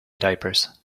diapers